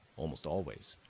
almost always,